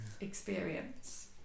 experience